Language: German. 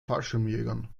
fallschirmjägern